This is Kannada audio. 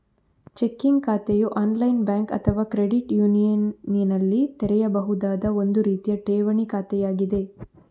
ಚೆಕ್ಕಿಂಗ್ ಖಾತೆಯು ಆನ್ಲೈನ್ ಬ್ಯಾಂಕ್ ಅಥವಾ ಕ್ರೆಡಿಟ್ ಯೂನಿಯನಿನಲ್ಲಿ ತೆರೆಯಬಹುದಾದ ಒಂದು ರೀತಿಯ ಠೇವಣಿ ಖಾತೆಯಾಗಿದೆ